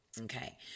okay